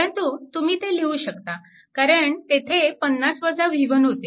परंतु तुम्ही ते लिहू शकता कारण तेथे 50 v1 होते